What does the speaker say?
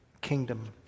kingdom